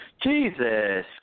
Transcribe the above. Jesus